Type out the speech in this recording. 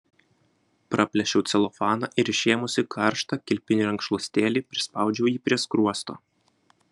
praplėšiau celofaną ir išėmusi karštą kilpinį rankšluostėlį prispaudžiau jį prie skruosto